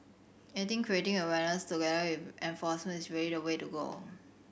I think creating awareness together with enforcement is really the way to go